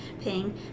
Ping